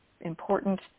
important